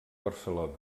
barcelona